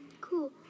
cool